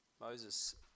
Moses